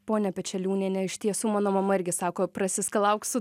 ponia pečeliūniene iš tiesų mano mama irgi sako prasiskalauk su